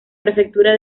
prefectura